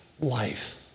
life